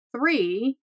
Three